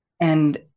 And-